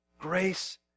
Grace